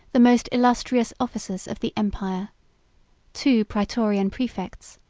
the most illustrious officers of the empire two praetorian praefects,